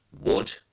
wood